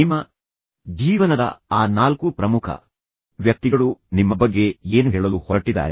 ನಿಮ್ಮ ಜೀವನದ ಆ ನಾಲ್ಕು ಪ್ರಮುಖ ವ್ಯಕ್ತಿಗಳು ನಿಮ್ಮ ಬಗ್ಗೆ ಏನು ಹೇಳಲು ಹೊರಟಿದ್ದಾರೆ